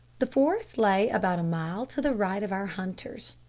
the forest lay about a mile to the right of our hunters,